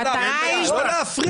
המטרה היא לשמור על האינטרס הציבורי.